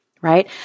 right